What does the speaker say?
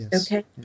Okay